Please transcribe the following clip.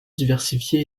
diversifiée